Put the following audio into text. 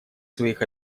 своих